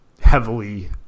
heavily